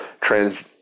trans